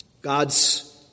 God's